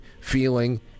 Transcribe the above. feeling